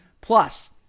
Plus